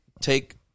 take